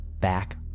Back